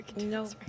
No